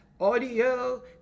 audio